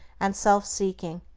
and self-seeking,